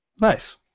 nice